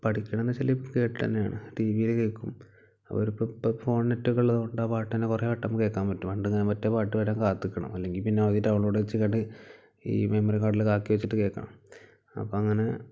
പഠിക്കണമെന്നു വെച്ചാൽ കേട്ടു തന്നെയാണ് ടി വിയിൽ കേൾക്കും അവരിപ്പം ഫോണിൽ നെറ്റൊക്കെയുള്ളതു കൊണ്ട് ആ പാട്ടു തന്നെ കുറേ വട്ടം കേൾക്കാൻ പറ്റും പണ്ട് മറ്റേ പാട്ട് വരാൻ കാത്തു നിൽക്കണം അല്ലെങ്കിൽ പിന്നെ അത് ഡൗൺ ലോഡ് ചെയ്തിട്ട് ഈ മെമ്മറി കാർഡിലൊക്കെ ആക്കി വെച്ചിട്ട് കേൾക്കണം അപ്പം അങ്ങനെ